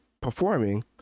performing